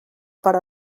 per